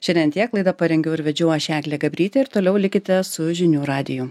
šiandien tiek laidą parengiau ir vedžiau aš eglė gabrytė ir toliau likite su žinių radiju